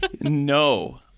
No